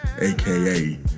AKA